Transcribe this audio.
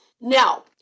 Now